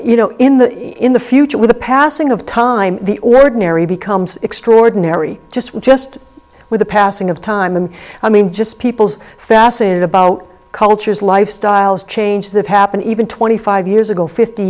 you know in the in the future with the passing of time the ordinary becomes extraordinary just just with the passing of time and i mean just people's fascinated about cultures lifestyles change that happen even twenty five years ago fifty